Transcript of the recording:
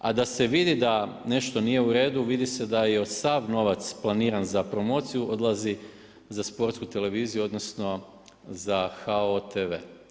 A da se vidi da nešto nije u redu, vidi se da je sav novac planiran za promociju, odlazi za Sportsku televiziju, odnosno, HOTV.